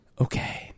Okay